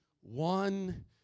One